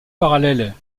parallèle